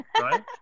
right